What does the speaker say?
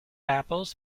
apples